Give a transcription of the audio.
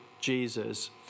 Jesus